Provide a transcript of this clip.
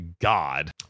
God